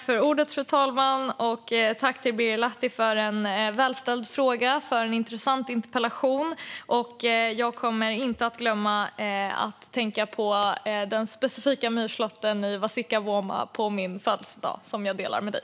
Fru talman! Tack, Birger Lahti, för en välställd fråga och en intressant interpellation. Jag kommer inte att glömma att tänka på den specifika myrslåttern i Vasikkavuoma på min födelsedag som jag delar med dig!